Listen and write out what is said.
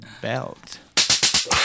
belt